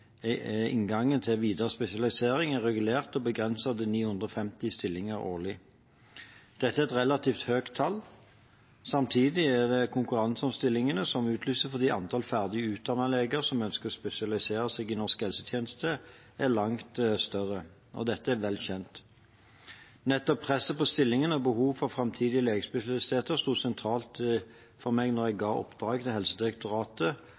inngangen til videre spesialisering, er regulert og begrenset til 950 stillinger årlig. Dette er et relativt høyt tall. Samtidig er det konkurranse om stillingene som utlyses, fordi antallet ferdig utdannede leger som ønsker å spesialisere seg i norsk helsetjeneste, er langt større. Dette er vel kjent. Nettopp presset på stillingene og behovet for framtidige legespesialister sto sentralt for meg da jeg ga oppdraget til Helsedirektoratet